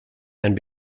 and